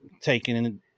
taking